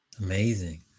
Amazing